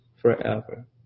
forever